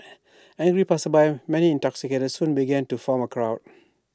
angry passersby many intoxicated soon began to form A crowd